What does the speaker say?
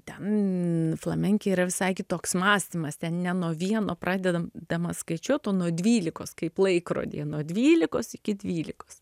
ten flamenke yra visai kitoks mąstymas ten ne nuo vieno pradedamas skaičiuot o nuo dvylikos kaip laikrody nuo dvylikos iki dvylikos